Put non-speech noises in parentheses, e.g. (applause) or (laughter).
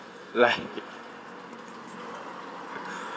like (breath)